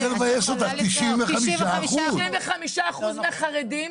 אני לא רוצה לבייש אותך, 95%. 95% מכלל החרדים